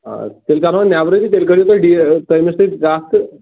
آ تیٚلہِ کڈہون نیبرٕے تیٚلہِ کٔڈِو تُہۍ ڈیٖل تٔمِس سۭتۍ کتھ تہٕ